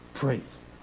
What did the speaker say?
Praise